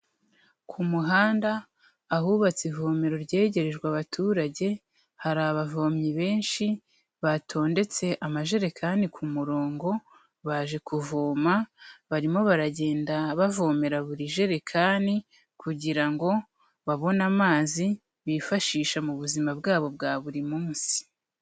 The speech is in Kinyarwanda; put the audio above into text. Ku muhanda ahubatse ivomero ryegerejwe abaturage hari abavomyi benshi batondetse amajerekani ku murongo baje kuvoma, barimo baragenda bavomera buri jerekani kugira ngo babone amazi bifashisha mu buzima bwabo bwa buri munsi.